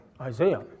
Isaiah